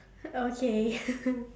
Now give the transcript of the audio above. okay